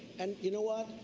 and you know what,